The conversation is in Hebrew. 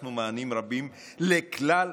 ופיתחנו מענים רבים לכלל האוכלוסיות,